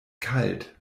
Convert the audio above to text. kalt